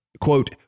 quote